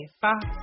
Fox